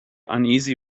uneasy